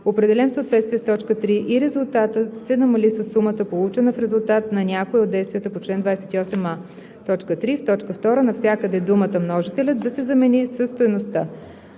определен в съответствие с т. 3 и резултатът се намали със сумата, получена в резултат на някое от действията по чл. 28а.“ 3. В т. 2 навсякъде думата „Множителят“ да се замени със „Стойността“.“